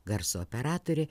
garso operatorė